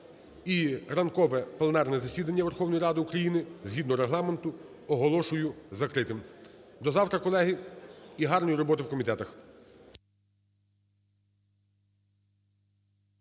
І ранкове пленарне засідання Верховної Ради України згідно Регламенту оголошую закритим. До завтра, колеги! І гарної роботи в комітетах.